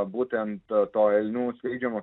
būtent to elnių skleidžiamo